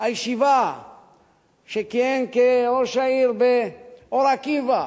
הישיבה שכיהן כראש העיר באור-עקיבא,